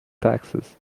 taxes